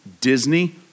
Disney